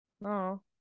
No